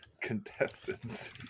contestants